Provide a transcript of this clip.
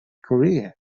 korea